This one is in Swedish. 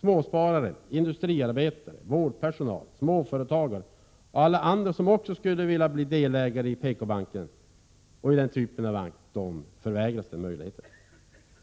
Småsparare, industriarbetare, vårdpersonal, småföretagare och alla andra som också skulle vilja bli delägare i PKbanken eller en liknande bank förvägras den möjligheten.